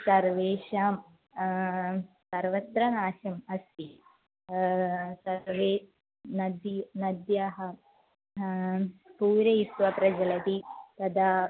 सर्वेषां सर्वत्र नाश्यम् अस्ति सर्वे नदी नद्याः पूरयित्वा प्रचलन्ति तदा